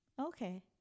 Okay